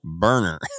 Burner